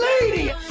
Lady